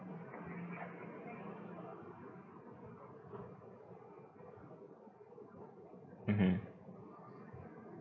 mmhmm